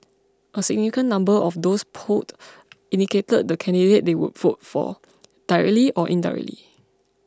a significant number of those polled indicated the candidate they would vote for directly or indirectly